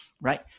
right